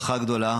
ברכה גדולה